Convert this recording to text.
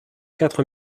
quatre